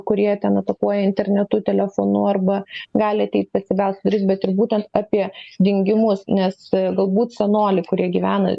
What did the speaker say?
kurie ten atakuoja internetu telefonu arba gali ateit pasibelst į duris ir bet ir būtent apie dingimus nes galbūt senoliai kurie gyvena